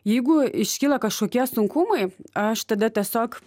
jeigu iškyla kažkokie sunkumai aš tada tiesiog